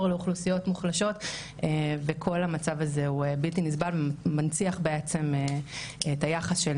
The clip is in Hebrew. לאוכלוסיות מוחלשות וכל המצב הזה הוא בלתי נסבל ומנציח בעצם את היחס של